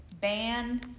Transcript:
ban